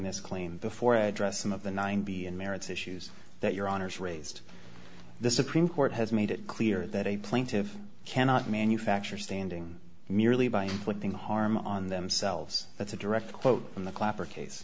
this claim before i address some of the ninety and merits issues that your honour's raised the supreme court has made it clear that a plaintive cannot manufacture standing merely by inflicting harm on themselves that's a direct quote from the clapper case